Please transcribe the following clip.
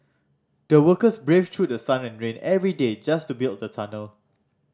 the workers braved through sun and rain every day just to build the tunnel